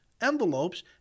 envelopes